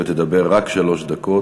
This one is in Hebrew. ותדבר רק שלוש דקות.